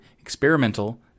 experimental